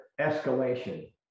Escalation